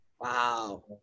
Wow